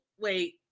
Wait